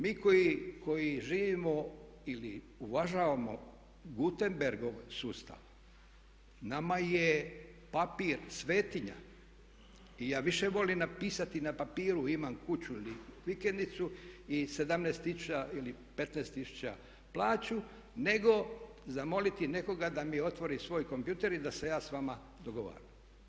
Mi koji živimo ili uvažavamo Gutenbergov sustav nama je papir svetinja i ja više volim napisati na papiru imam kuću ili vikendicu i 17000 ili 15000 plaću, nego zamoliti nekoga da mi otvori svoj kompjuter i da se ja s vama dogovaram.